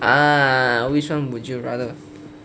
ah which one would you rather